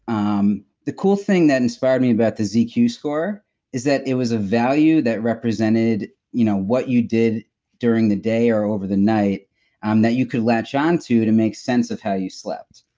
um the cool thing that inspired me about the zq score is that it was a value that represented you know what you did during the day or over the night um that you could latch onto to make sense of how you slept.